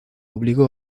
obligó